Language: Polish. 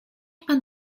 pan